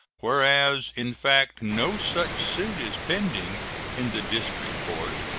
whereas in fact no such suit is pending in the district court,